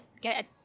get